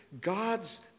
God's